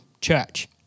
church